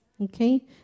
Okay